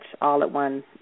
all-at-one